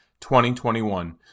2021